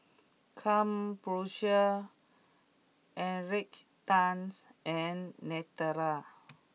Krombacher Encik Tan and Nutella